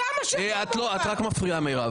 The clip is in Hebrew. את רק מפריעה, מירב.